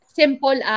simple